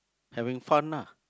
having fun ah